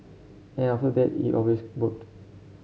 and after that it always worked